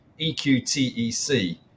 EQTEC